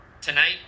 tonight